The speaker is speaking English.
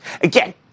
Again